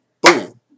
boom